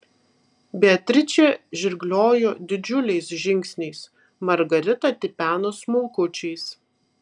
beatričė žirgliojo didžiuliais žingsniais margarita tipeno smulkučiais